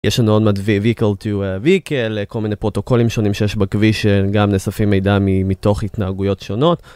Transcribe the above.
יש לנו עוד מטביע, Vehicle-to-Vehicle, כל מיני פרוטוקולים שונים שיש בכביש, גם נספים מידע מתוך התנהגויות שונות.